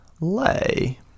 lay